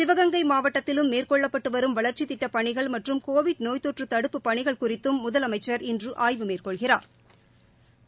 சிவகங்கை மாவட்டத்திலும் மேற்கொள்ளப்பட்டுவரும் வளா்ச்சித் திட்டப் பணிகள் மற்றும் கோவிட் நோய் தொற்றுதடுப்பு பணிகள் குறித்தும் குறித்தும் முதலமைச்சர் இன்றுஆய்வு மேற்கொள்கிறாா்